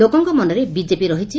ଲୋକଙ୍କ ମନରେ ବିଜେପି ରହିଛି